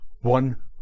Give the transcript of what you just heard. One